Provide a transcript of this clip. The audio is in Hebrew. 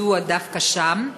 מדוע דווקא שם?